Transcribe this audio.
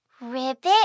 Ribbit